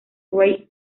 ray